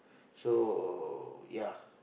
so ya